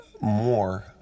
more